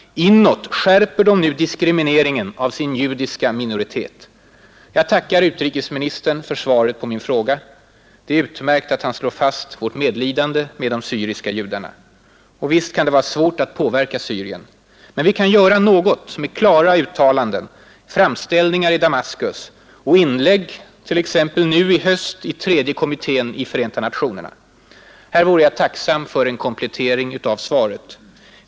Inåt skärper de nu diskrimineringen av sin judiska minoritet. Jag tackar utrikesministern för svaret på min fråga. Det är utmärkt att han slår fast vårt medlidande med de syriska judarna. Visst kan det vara svårt att påverka Syrien. Men vi kan göra något med klara uttalanden, framställningar i Damaskus och inlägg t.ex. nu i höst i tredje kommittén i Förenta nationerna. Här vore jag tacksam för en komplettering av svaret.